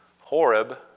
Horeb